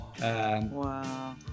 Wow